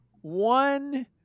one